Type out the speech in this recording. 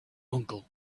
uncle